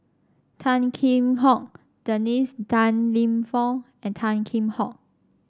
Tan Kheam Hock Dennis Tan Lip Fong and Tan Kheam Hock